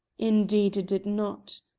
indeed it did not,